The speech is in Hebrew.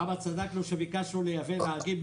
כמה צדקנו כשביקשנו לייבא נהגים.